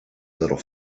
little